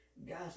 Guys